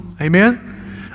Amen